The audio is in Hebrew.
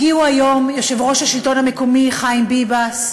הגיע היום יושב-ראש מרכז השלטון המקומי חיים ביבס,